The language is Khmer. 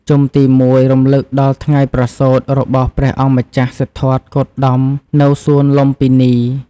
ជុំទី ១ រំលឹកដល់ ថ្ងៃប្រសូត របស់ព្រះអង្គម្ចាស់សិទ្ធត្ថគោតមនៅសួនលុម្ពិនី។